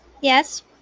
Yes